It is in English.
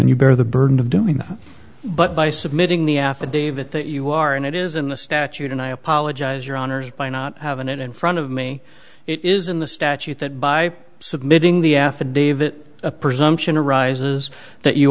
and you bear the burden of doing that but by submitting the affidavit that you are and it is in the statute and i apologize your honour's by not having it in front of me it is in the statute that by submitting the affidavit the presumption arises that you